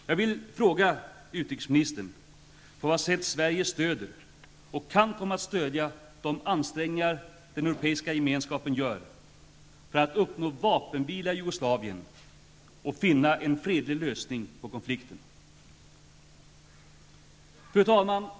Jag vill fråga utrikesministern på vad sätt Sverige stödjer, och kan komma att stödja, de ansträngningar den Europeiska gemenskapen gör för att uppnå vapenvila i Jugoslavien och finna en fredlig lösning på konflikten. Fru talman!